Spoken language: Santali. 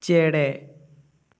ᱪᱮᱬᱮ